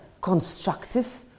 constructive